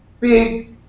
big